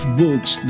books